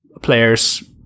players